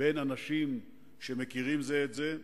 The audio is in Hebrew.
בין אנשים שמכירים זה את זה.